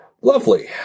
Lovely